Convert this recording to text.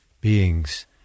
beings